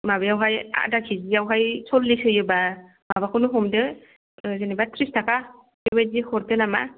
माबायावहाय आदा किजिआवहाय सल्लिस होयोबा माबाखौनो हमदो ओ जेनेबा त्रिस ताका बेबायदि हरदो नामा